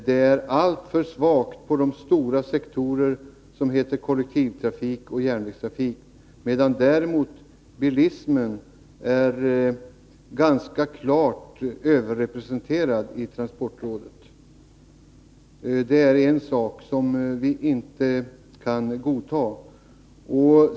Det är alltför svag representation från de stora sektorerna kollektivtrafik och järnvägstrafik, medan däremot bilismen är ganska klart överrepresenterad i transportrådet. Detta är någonting som vi inte kan godta.